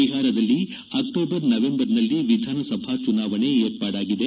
ಬಿಹಾರದಲ್ಲಿ ಅಕ್ಟೋಬರ್ ನವೆಂಬರ್ನಲ್ಲಿ ವಿಧಾನಸಭಾ ಚುನಾವಣೆ ಏರ್ಪಾಡಾಗಿದೆ